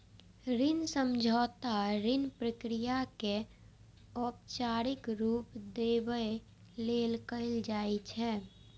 ऋण समझौता ऋण प्रक्रिया कें औपचारिक रूप देबय लेल कैल जाइ छै